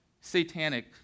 satanic